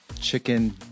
chicken